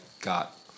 got